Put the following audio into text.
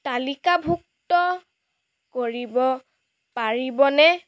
তালিকাভুক্ত কৰিব পাৰিবনে